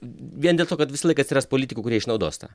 vien dėl to kad visąlaik atsiras politikų kurie išnaudos tą